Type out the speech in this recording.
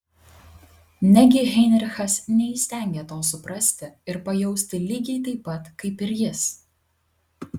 negi heinrichas neįstengia to suprasti ir pajausti lygiai taip pat kaip ir jis